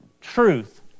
truth